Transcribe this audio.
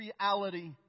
reality